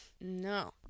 no